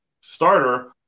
starter